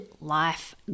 life